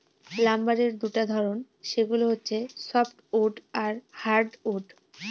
লাম্বারের দুটা ধরন, সেগুলো হচ্ছে সফ্টউড আর হার্ডউড